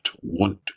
want